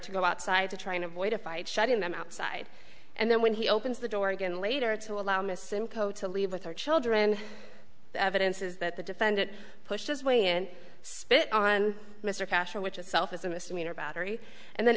to go outside to try and avoid a fight shutting them outside and then when he opens the door again later to allow miss simcoe to leave with her children evidence is that the defendant pushed his way and spit on mr cashel which itself is a misdemeanor battery and then